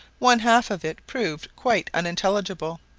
one-half of it proved quite unintelligible,